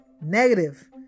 negative